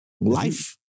Life